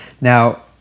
Now